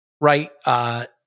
right